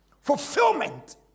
fulfillment